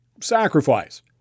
sacrifice